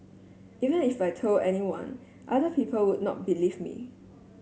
even if I told anyone other people would not believe me